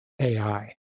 AI